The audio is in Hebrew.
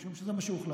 משום שזה מה שהוחלט.